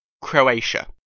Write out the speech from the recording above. Croatia